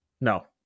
No